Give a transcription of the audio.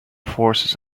forces